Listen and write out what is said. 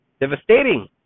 devastating